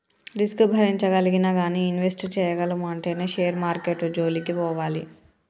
risk భరించగలిగినా గానీ invest చేయగలము అంటేనే షేర్ మార్కెట్టు జోలికి పోవాలి